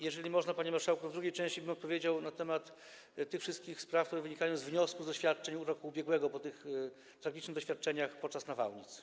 Jeżeli można, panie marszałku, w drugiej części bym powiedział na temat tych wszystkich spraw, które wynikają z wniosków z doświadczeń roku ubiegłego po tych tragicznych zdarzeniach podczas nawałnic.